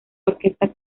orquesta